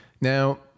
Now